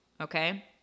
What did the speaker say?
Okay